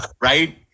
right